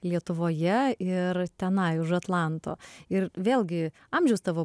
lietuvoje ir tenai už atlanto ir vėlgi amžius tavo